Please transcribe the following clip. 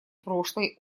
прошлой